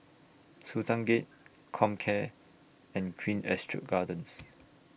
Sultan Gate Comcare and Queen Astrid Gardens